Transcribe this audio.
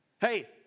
Hey